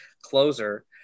closer